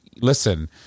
listen